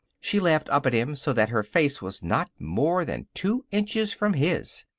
she laughed up at him so that her face was not more than two inches from his.